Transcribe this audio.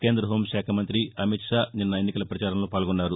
కేంద్ర హోం శాఖ మంత్రి అమిత్షా నిన్న ఎన్నికల ప్రచారంలో పాల్గొన్నారు